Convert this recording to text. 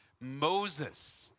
Moses